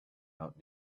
out